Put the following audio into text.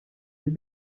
naar